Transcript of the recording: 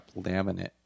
laminate